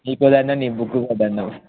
నీకో దండం నీ బుక్కో దండం